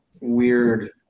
weird